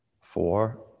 four